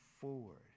forward